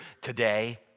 today